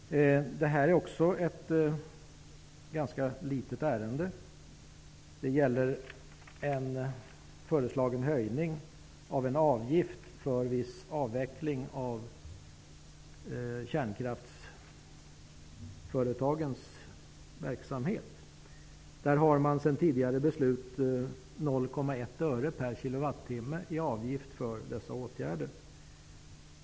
Herr talman! Detta är också ett ganska litet ärende. Det gäller en föreslagen höjning av en avgift för viss avveckling av kärnkraftsföretagens verksamhet. Tidigare beslut anger 0,1 öre per kWh i avgift för dessa åtgärder.